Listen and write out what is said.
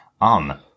on